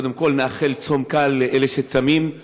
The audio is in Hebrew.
קודם כול נאחל צום קל לאלה שצמים.